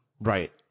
Right